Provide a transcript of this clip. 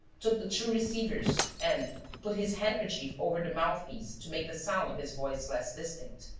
took the two receivers and put his handkerchief over the mouthpiece to make the sound of his voice less distinct.